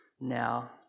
now